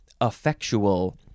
effectual